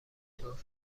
طور